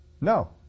No